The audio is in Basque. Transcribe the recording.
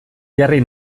jarri